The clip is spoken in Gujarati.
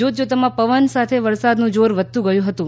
જોત જોતામાં પવન સાથે વરસાદનું જોર વધતું ગયું હતું